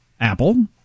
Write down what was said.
Apple